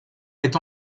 est